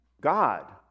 God